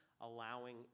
allowing